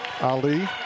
Ali